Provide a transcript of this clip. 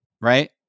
right